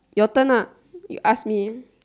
your turn ah you ask me